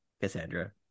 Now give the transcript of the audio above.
Cassandra